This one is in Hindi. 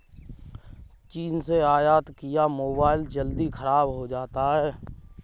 चीन से आयत किया मोबाइल जल्दी खराब हो जाता है